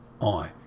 on